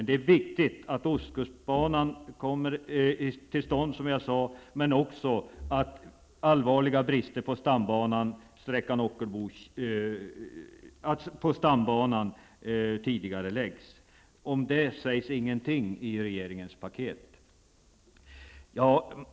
Det är viktigt att ostkustbanan kommer till stånd, som jag sade, men också allvarliga brister på stambanan bör åtgärdas tidigare. Om detta sägs ingenting i regeringens paket.